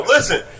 Listen